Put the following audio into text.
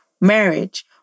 marriage